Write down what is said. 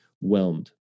whelmed